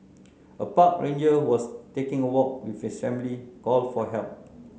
a park ranger who was taking a walk with his family called for help